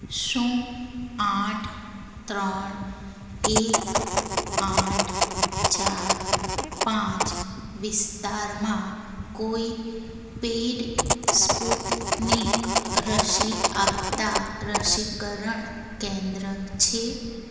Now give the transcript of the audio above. શું આઠ ત્રણ એક આઠ ચાર પાંચ વિસ્તારમાં કોઈ પેઈડ સ્પુતનિક રસી આપતા રસીકરણ કેન્દ્ર છે